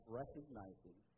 recognizing